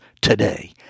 today